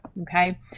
Okay